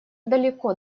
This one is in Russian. далеко